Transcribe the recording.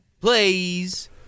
please